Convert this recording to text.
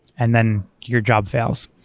and then your job fails,